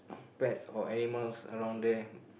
pets or animals around there